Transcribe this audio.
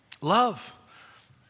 Love